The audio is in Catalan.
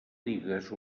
digues